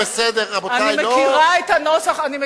אני מכירה את הנוסח, אני יודעת,